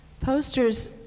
Posters